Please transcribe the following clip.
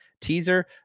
teaser